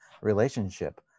relationship